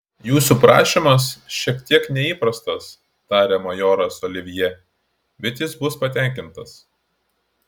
jūsų prašymas šiek tiek neįprastas tarė majoras olivjė bet jis bus patenkintas